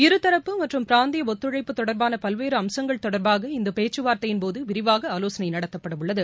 இருதரப்பு மற்றும் பிராந்திய ஒத்துழைப்பு தொடர்பான பல்வேறு அம்சங்கள் தொடர்பாக இந்த பேச்சுவார்த்தையின் போது விரிவாக ஆலோசனை நடத்தப்படவுள்ளது